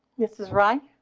this is right